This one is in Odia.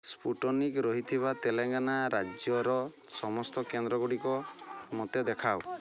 ସ୍ପୁଟନିକ୍ ରହିଥିବା ତେଲେଙ୍ଗାନା ରାଜ୍ୟର ସମସ୍ତ କେନ୍ଦ୍ରଗୁଡ଼ିକ ମୋତେ ଦେଖାଅ